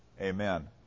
Amen